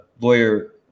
lawyer